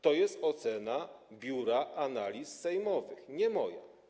To jest ocena Biura Analiz Sejmowych, nie moja.